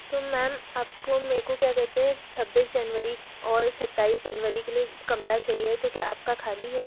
तो मैम आपको मे को क्या कहते हैं छब्बीस जनवरी और सत्ताईस जनवरी के लिए कमरा चाहिए तो क्या आपका ख़ाली है